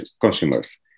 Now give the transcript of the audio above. consumers